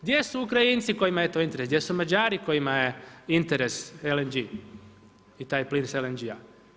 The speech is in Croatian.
Gdje su Ukrajinci kojima je to interes, gdje su Mađari kojima je interes LNG i taj plin s LNG-a?